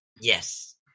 Yes